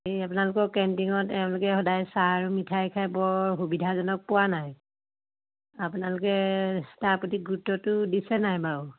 এই আপোনালোকৰ কেণ্টিঙত এওঁলোকে সদায় চাহ আৰু মিঠাই খাই বৰ সুবিধাজনক পোৱা নাই আপোনালোকে তাৰপ্ৰতি গুৰুত্বটো দিছে নাই বাৰু